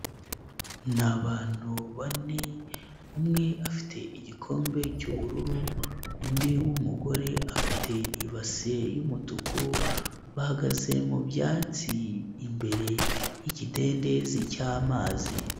Ni abantu bane umwe afite igikombe cy'ubururu undi w'umugore afite ibase y'umutuku, bahagaze mu byatsi imbere y'ikidendezi cy'amazi.